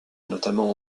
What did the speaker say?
notamment